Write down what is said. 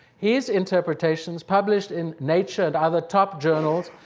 his interpretations, published in nature and other top journals,